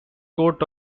court